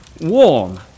warm